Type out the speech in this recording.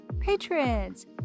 patrons